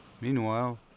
Meanwhile